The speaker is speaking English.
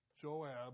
Joab